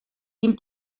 ihm